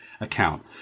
account